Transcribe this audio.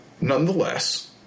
Nonetheless